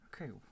okay